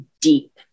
deep